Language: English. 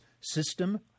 system